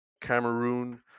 Cameroon